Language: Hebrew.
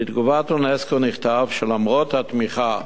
בתגובת אונסק"ו נכתב, שלמרות התמיכה